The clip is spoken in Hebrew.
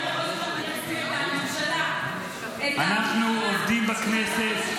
בגלל --- אנחנו עובדים בכנסת,